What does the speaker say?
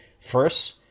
first